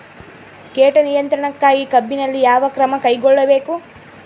ಕೇಟ ನಿಯಂತ್ರಣಕ್ಕಾಗಿ ಕಬ್ಬಿನಲ್ಲಿ ಯಾವ ಕ್ರಮ ಕೈಗೊಳ್ಳಬೇಕು?